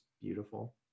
beautiful